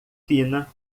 fina